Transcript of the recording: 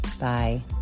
Bye